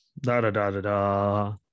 da-da-da-da-da